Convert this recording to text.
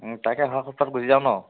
তাকে অহা সপ্তাহত গুছি যাও নহ্